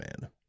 man